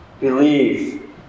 believe